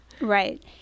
Right